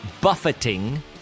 buffeting